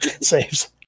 Saves